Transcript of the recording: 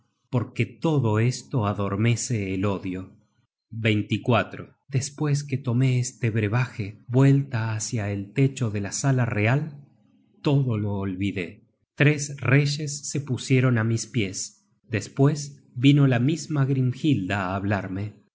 porque todo esto adormece el odio despues que tomé este brevaje vuelta hácia el techo de la sala real todo lo olvidé tres reyes se pusieron á mis pies despues vino la misma grimhilda á hablarme